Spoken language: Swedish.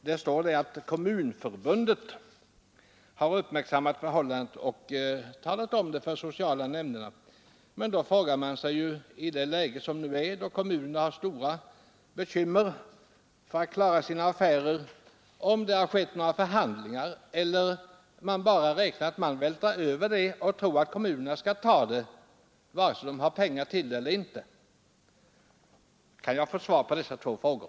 Det står i svaret: ”Svenska kommunförbundet har i en cirkulärskrivelse uppmanat kommunernas sociala centralnämnder och barnavårdsnämnder att uppmärksamma de här berörda fallen ———.” Då frågar man sig om det har skett några förhandlingar eller om man bara utan vidare vältrar över denna börda på kommunerna och tror att de skall acceptera det vare sig de har pengar till detta eller inte; i dagens läge har ju kommunerna stora bekymmer för att klara sina affärer. Kan jag få svar på dessa två frågor!